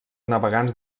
navegants